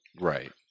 Right